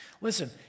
Listen